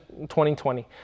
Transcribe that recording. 2020